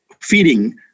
feeding